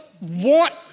want